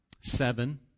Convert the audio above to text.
seven